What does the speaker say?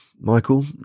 Michael